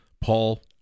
Paul